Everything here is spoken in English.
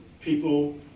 people